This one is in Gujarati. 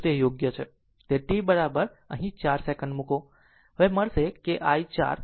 તેથી t અહીં 4 સેકન્ડ મૂકો